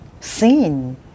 seen